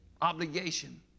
obligation